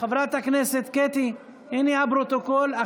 חברת הכנסת קטי, הינה הפרוטוקול.